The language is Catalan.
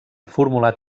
formulat